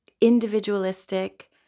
individualistic